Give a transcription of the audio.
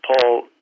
Paul